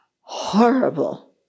horrible